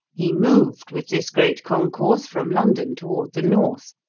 he moved with this great concourse from london toward the north,